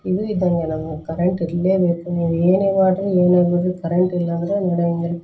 ಇದು ಇದ್ದಂಗೆ ನಮ್ಗೆ ಕರೆಂಟ್ ಇರಲೇಬೇಕು ನೀವು ಏನೇ ಮಾಡಿರಿ ಏನೇ ಬಿಡಿರಿ ಕರೆಂಟಿಲ್ಲ ಅಂದರೆ ನಡೆಯಂಗಿಲ್ಲ